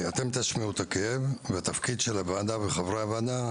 אתם תשמיעו את הכאב ותפקיד הוועדה וחברי הוועדה